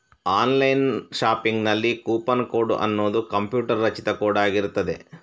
online ಶಾಪಿಂಗಿನಲ್ಲಿ coupon code ಅನ್ನುದು computer ರಚಿತ ಕೋಡ್ ಆಗಿರ್ತದೆ